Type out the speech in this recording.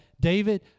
David